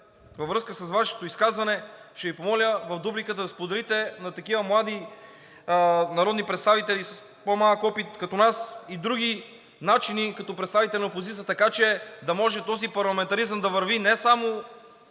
във връзка с Вашето изказване ще Ви помоля в дупликата си да споделите – за такива млади народни представители с по-малък опит като нас и други, начина, като представители на опозицията, така че да може този парламентаризъм да върви не само